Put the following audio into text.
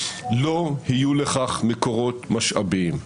לא יהיו לכך מקורות משאביים.